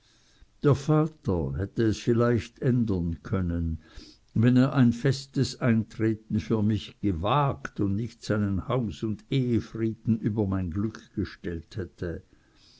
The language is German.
der vater hätt es vielleicht ändern können wenn er ein festes eintreten für mich gewagt und nicht seinen haus und ehefrieden über mein glück gestellt hätte